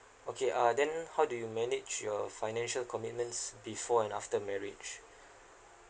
okay uh then how do you manage your financial commitments before and after marriage